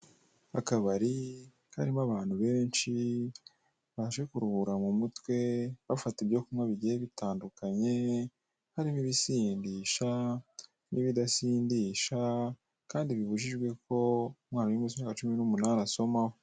Akabari karimo abantu benshi baje kuruhura mu mutwe, bafata ibyo kunywa bigiye bitandukanye, harimo ibisindisha, n'ibidasindisha, kandi bibujiwe ko umwana uri munsi y'imyaka cumi n'umunani asomaho.